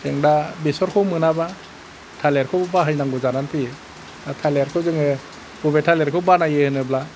जों दा बेसरखौ मोनाबा थालिरखौ बाहायनांगौ जानानै फैयो थालिराथ' जोङो बबे थालिरखौ बानायो होनोब्ला